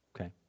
Okay